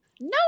No